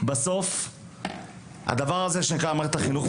שבסוף הדבר הזה שנקרא מערכת החינוך,